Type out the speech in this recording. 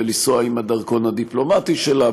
לנסוע עם הדרכון הדיפלומטי שלה,